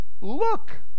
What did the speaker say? look